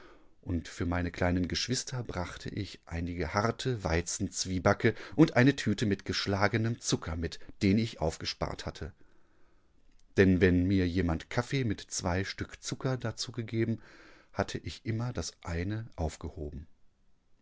und für meine kleinen geschwister brachte ich einige harte weizenzwiebacke und eine tüte mit geschlagenem zucker mit den ich aufgespart hatte denn wenn mir jemand kaffee mit zwei stück zucker dazu gegeben hatte ich immer das eine aufgehoben